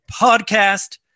podcast